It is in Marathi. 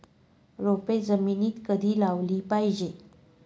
रोपे जमिनीत कधी लावली पाहिजे?